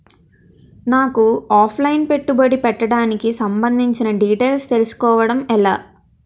నాకు offline పెట్టుబడి పెట్టడానికి సంబందించిన డీటైల్స్ తెలుసుకోవడం ఎలా?